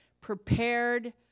prepared